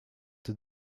did